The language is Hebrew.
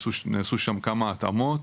נעשו שם כמה התאמות,